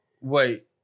Wait